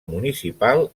municipal